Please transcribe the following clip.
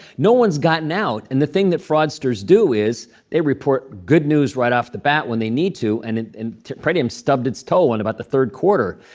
no one's gotten out. and the thing that fraudsters do is they report good news right off the bat when they need to. and pretium stubbed its toe in about the third quarter.